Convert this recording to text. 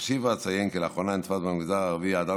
אוסיף ואציין כי לאחרונה נתפס במגזר הערבי אדם